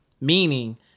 Meaning